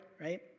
right